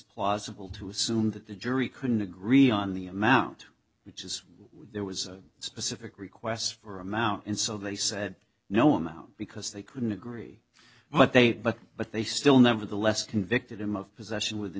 plausible to assume that the jury couldn't agree on the amount which is why there was a specific request for a mountain so they said no amount because they couldn't agree but they but but they still nevertheless convicted him of possession with in